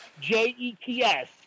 J-E-T-S